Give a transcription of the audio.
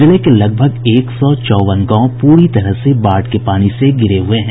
जिले के लगभग एक सौ चौवन गांव प्री तरह से बाढ़ के पानी से घिरे हुए हैं